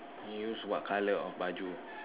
you use what colour on baju